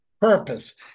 purpose